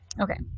okay